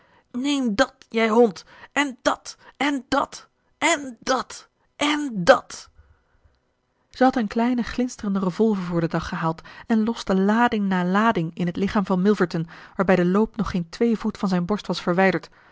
neem dat jij hond en dat en dat en dat en dat zij had een kleine glinsterende revolver voor den dag gehaald en loste lading na lading in het lichaam van milverton waarbij de loop nog geen twee voet van zijn borst was verwijderd